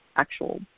actual